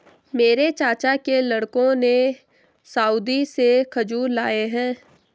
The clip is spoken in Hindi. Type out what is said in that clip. मेरे चाचा के लड़कों ने सऊदी से खजूर लाए हैं